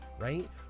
right